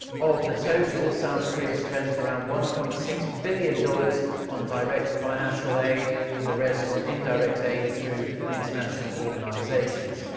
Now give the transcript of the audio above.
of the total, south korea spent around one-point-six billion dollars on direct bilateral aid and the rest on indirect aid through international organizations.